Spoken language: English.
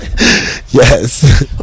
Yes